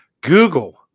Google